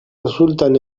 resultan